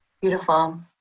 beautiful